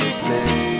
stay